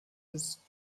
ist